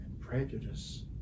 prejudice